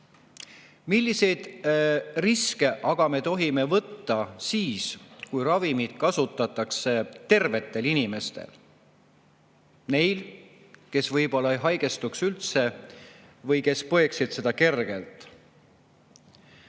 Milliseid riske aga tohime võtta siis, kui ravimit kasutatakse tervetel inimestel, neil, kes võib-olla ei haigestuks üldse või kes põeksid seda kergelt?